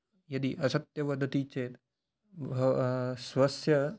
यदि असत्यं वदति चेत् स्वस्य